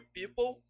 people